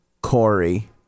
Corey